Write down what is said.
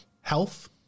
health